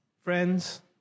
Friends